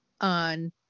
on